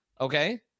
Okay